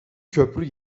köprü